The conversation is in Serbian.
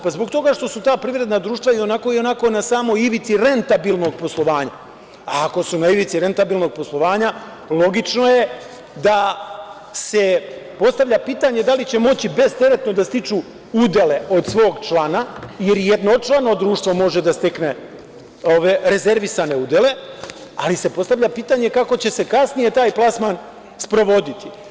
Pa, zbog toga što su ta privredna društva i onako i ovako na samoj ivici rentabilnog poslovanja, a ako su na ivici rentabilnog poslovanja logično je da se postavlja pitanje, da li će moći bez teretno da stiču udele, od svog člana, jer jednočlano društvo može da stekne ove rezervisane udele, ali se postavlja pitanje kako će se kasnije taj plasman sprovoditi?